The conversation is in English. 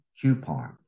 coupon